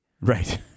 right